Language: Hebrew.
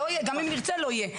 גם אם נרצה לא יהיו,